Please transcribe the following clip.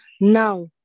Now